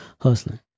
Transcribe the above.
hustling